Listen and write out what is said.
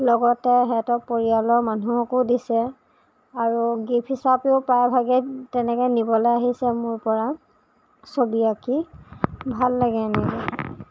লগতে হেতৰ পৰিয়ালৰ মানুহকো দিছে আৰু গিফ হিচাপেও প্ৰায়ভাগে তেনেকে নিবলে আহিছে মোৰ পৰা ছবি আঁকি ভাল লাগে এনেকে